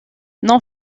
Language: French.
non